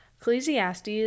Ecclesiastes